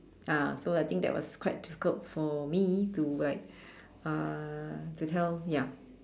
ah so I think that was quite difficult for me to like uh to tell ya